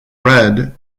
red